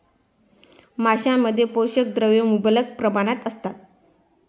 मांसामध्ये पोषक द्रव्ये मुबलक प्रमाणात असतात